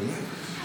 באמת?